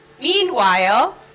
Meanwhile